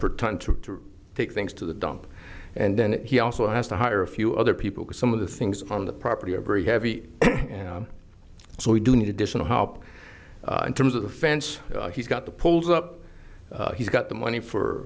tonne to take things to the dump and then he also has to hire a few other people some of the things on the property are very heavy and so we do need additional help in terms of the fence he's got to pulls up he's got the money for